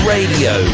Radio